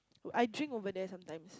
I drink over there sometimes